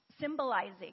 symbolizing